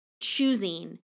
choosing